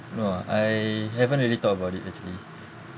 no I haven't really thought about it actually